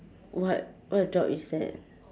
what what job is that